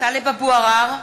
טלב אבו עראר,